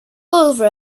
over